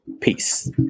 Peace